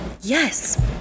Yes